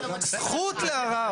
זכות לערר.